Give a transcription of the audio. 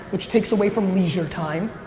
which takes away from leisure time.